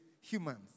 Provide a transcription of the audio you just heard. humans